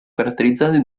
caratterizzate